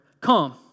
Come